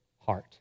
heart